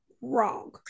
wrong